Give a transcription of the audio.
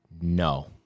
no